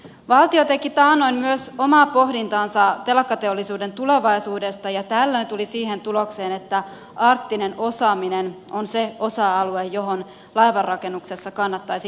valtio teki taannoin myös omaa pohdintaansa telakkateollisuuden tulevaisuudesta ja tällöin tuli siihen tulokseen että arktinen osaaminen on se osa alue johon laivanrakennuksessa kannattaisi keskittyä